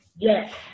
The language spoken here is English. Yes